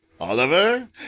Oliver